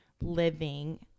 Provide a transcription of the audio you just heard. living